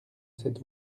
cette